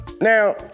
Now